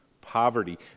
poverty